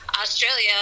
Australia